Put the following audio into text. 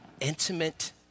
intimate